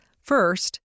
First